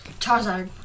Charizard